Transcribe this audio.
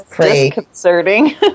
disconcerting